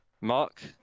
Mark